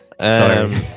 sorry